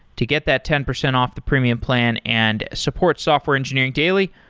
to get that ten percent off the premium plan and support software engineering daily,